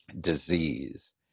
disease